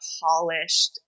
polished